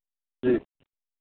जी